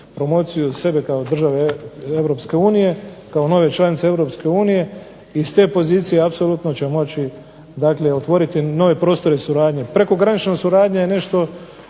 promociju sebe kao države Europske unije, kao nove članice Europske unije. I iz te pozicije apsolutno će moći dakle otvoriti nove prostore suradnje. Prekogranična suradnja je nešto